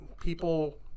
people